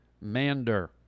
Mander